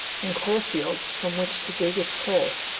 and coalfields from which to dig its coal.